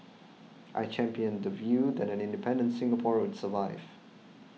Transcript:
I championed the view that an independent Singapore would survive